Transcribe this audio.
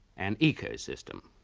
an eco system.